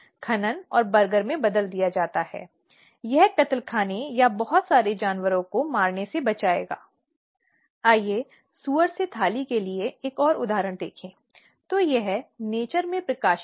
इसलिए उन्हें एक समिति बनाना होगा जो सभी आवश्यक बुनियादी ढाँचे और अन्य सुविधाएँ दे जो समिति के सुचारु संचालन के लिए आवश्यक हैं